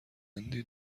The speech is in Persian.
هندی